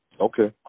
Okay